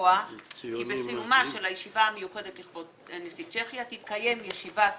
לקבוע כי בסיומה של הישיבה המיוחדת לכבוד נשיא צ'כיה תתקיים ישיבת